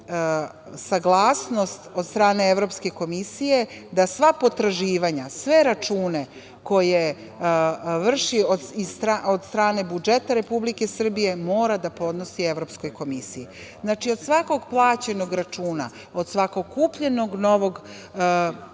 saglasnost od strane Evropske komisije da sva potraživanja, sve račune koje vrši od strane budžeta Republike Srbije, mora da podnosi Evropskoj komiji. Znači, od svakog plaćenog računa, od svakog kupljenog novog